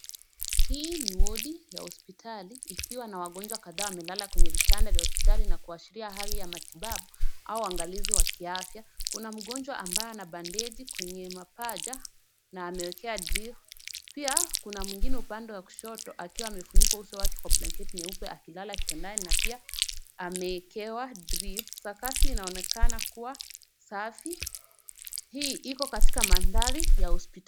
Hii ni wodi ya hospitali ikiwa na wangojwa kataa wamelala kwenye vitanda vya hospitali na kuashiria hali ya matibabu au uangalizi wa kiafya. Kuna mngonjwa ambaye anapandeji kwenye mabaja na amewekewa drip . Pia kuna mwingine upande wa kushoto akiwa amefunikwa uso wake kwa blanketi nyeupe akilala kitandani na pia amewekewa drip . Sakafu inaonekana kuwa safi. Hii iko katika maandari ya hospitali.